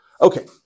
Okay